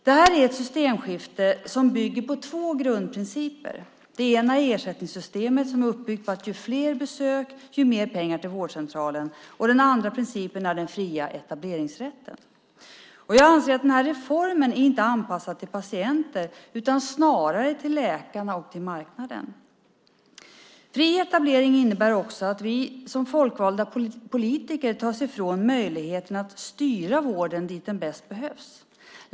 Det är ett systemskifte som bygger på två grundprinciper. Den ena är ersättningssystemet som är uppbyggt på att ju fler besök ju mer pengar till vårdcentralen. Den andra principen är den fria etableringsrätten. Jag anser att reformen inte är anpassad till patienter utan snarare till läkarna och marknaden. Fri etablering innebär också att vi som folkvalda politiker tas ifrån möjligheten att styra vården dit där den bäst behövs.